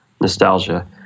nostalgia